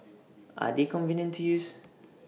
are they convenient to use